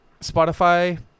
Spotify